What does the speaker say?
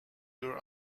your